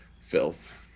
filth